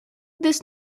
this